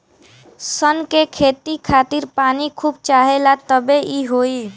सन के खेती खातिर पानी खूब चाहेला तबे इ होई